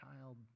child